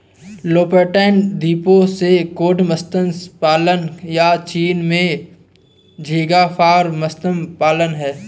Lofoten द्वीपों से cod मत्स्य पालन, या चीन में झींगा फार्म मत्स्य पालन हैं